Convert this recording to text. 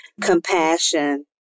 compassion